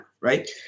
right